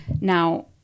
now